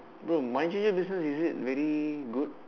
bro money changer business is it very good